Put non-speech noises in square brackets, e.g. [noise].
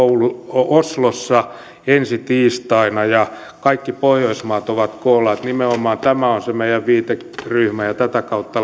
oslossa ensi tiistaina ja kaikki pohjoismaat ovat koolla nimenomaan tämä on se meidän viiteryhmämme ja tätä kautta [unintelligible]